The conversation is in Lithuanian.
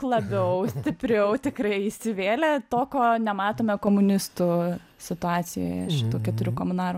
labiau stipriau tikrai įsivėlę to ko nematome komunistų situacijoje šitų keturių komunarų